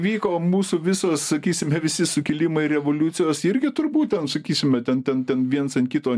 vyko mūsų visos sakysime visi sukilimai revoliucijos irgi turbūt ten sakysime ten ten ten viens ant kito